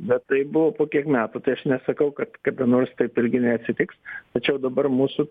bet tai buvo po kiek metų tai aš nesakau kad kada nors taip irgi neatsitiks tačiau dabar mūsų